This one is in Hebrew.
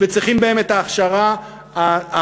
וצריכים בהם את ההכשרה הביו-טכנולוגית.